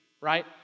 right